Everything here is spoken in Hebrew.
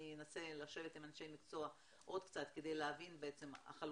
אני אנסה לשבת עם אנשי מקצוע עוד קצת כדי להבין את החלוקה,